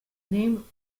name